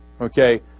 Okay